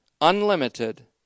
unlimited